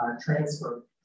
transfer